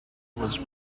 was